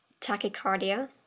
tachycardia